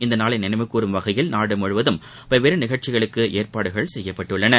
இந்நாளை நினைவுகூறும் வகையில் நாடு முழுவதும் பல்வேறு நிகழ்ச்சிகளுக்கு ஏற்பாடுகள் செய்யப்பட்டுள்ளன